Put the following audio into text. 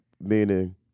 meaning